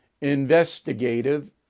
investigative